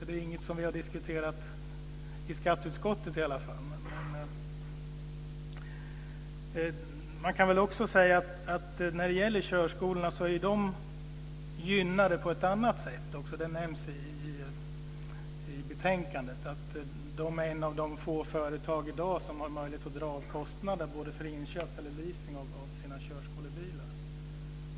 Det är inget som vi i varje fall i skatteutskottet har diskuterat. Körskolorna är gynnade på ett annat sätt, vilket också nämns i betänkandet. Körskolorna är ett av de få företag som i dag har möjlighet att dra av kostnaden både för inköp och för leasing av sina körskolebilar.